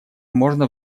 можно